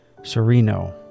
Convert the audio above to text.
Serino